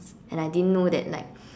and I didn't know that like